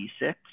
d6